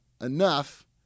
enough